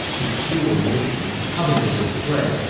the cruel nation, covetous of prey,